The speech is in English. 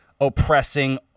oppressing